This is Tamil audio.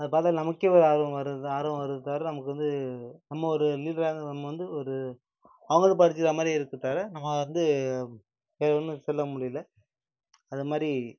அதை பார்த்தா நமக்கே இவ்வளோ ஆர்வம் வருதுதான் ஆர்வம் வருது தவிர நமக்கு வந்து நம்ம ஒரு லீடராக இருந்து நம்ம வந்து ஒரு அவங்களும் படிச்சிருக்க மாதிரி இருக்கும் தவிர நம்ம வந்து வேறு ஒன்றும் சொல்ல முடியலை அது மாதிரி